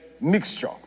mixture